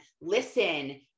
listen